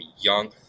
young